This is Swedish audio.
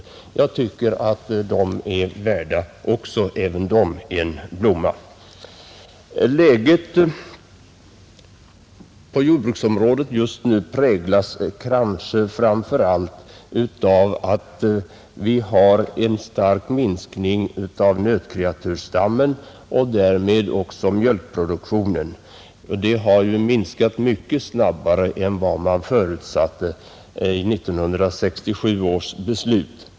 Jag tycker att även de är värda en blomma. Utvecklingen på jordbruksområdet just nu präglas framför allt av att vi har en stark minskning av nötkreatursstammen och därmed också av mjölkproduktionen, Den har minskat mycket snabbare än man förutsatte vid 1967 års beslut.